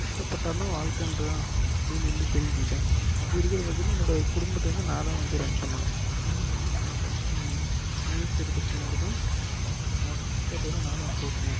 கஷ்டப்பட்டாலும் வாழ்க்கன்ற தான் அப்படின்னு வந்து தெரிஞ்சிக்கிட்டேன் அப்படி இருக்குறப்பட்சத்தில் என்னோட குடும்பத்தை வந்து நான் தான் வந்து ரன் பண்ணணும் அதனால் வந்து நல்லா படிச்சு முயற்சிடுத்த பின்னாடி தான் அவங்களோட கஷ்டத்தை வந்து நான் தான் போக்கணும்